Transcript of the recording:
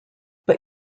but